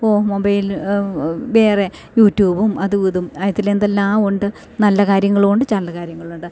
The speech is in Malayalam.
ഓ മൊബൈൽ വേറെ യൂട്യൂബും അതും ഇതും അതിലെന്തെല്ലാമുണ്ട് നല്ല കാര്യങ്ങളുണ്ട് ചള്ള് കാര്യങ്ങളുണ്ട്